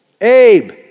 Abe